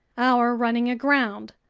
our running aground,